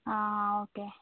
ആ ആ ഓക്കെ